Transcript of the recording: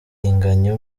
inganya